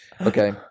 Okay